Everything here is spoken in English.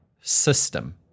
system